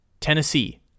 Tennessee